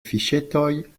fiŝetoj